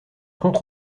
contre